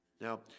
Now